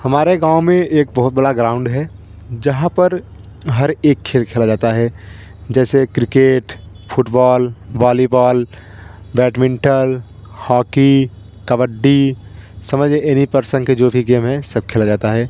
हमारे गाँव में एक बहुत बड़ा गराउंड है जहाँ पर हर एक खेल खेला जाता है जैसे cricket football volleyball badminton hockey kabaddi समझिए एनी पर्सन के जो भी गेम है सब खेला जाता है